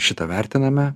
šitą vertiname